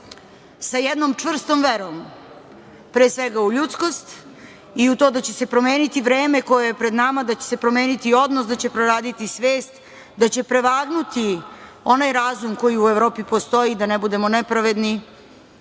jednom čvrstom verom, pre svega u ljudskost i u to da će se promeniti vreme koje je pred nama, da će se promeniti odnos, da će proraditi svest, da će prevagnuti onaj razum koji u Evropi postoji, da ne budemo nepravedni,